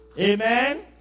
Amen